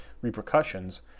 Repercussions